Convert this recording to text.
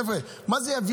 אמרנו את זה